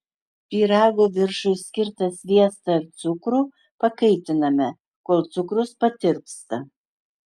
pyrago viršui skirtą sviestą ir cukrų pakaitiname kol cukrus patirpsta